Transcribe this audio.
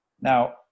now